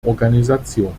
organisation